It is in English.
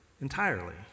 entirely